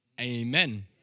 amen